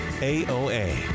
AOA